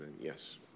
Yes